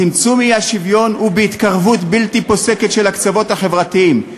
צמצום האי-שוויון הוא בהתקרבות בלתי פוסקת של הקצוות החברתיים.